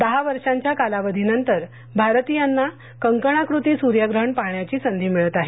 दहा वर्षांच्या कालावधीनंतरभारतीयांना कंकणाकृती सूर्यग्रहण पाहण्याची संधी मिळत आहे